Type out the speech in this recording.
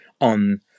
on